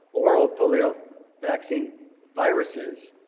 oral polio vaccine viruses